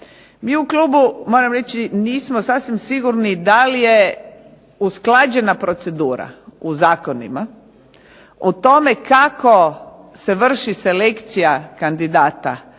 Mi u klubu moram reći nismo sasvim sigurni da li je usklađena procedura u zakonima u tome kako se vrši selekcija kandidata